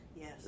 Yes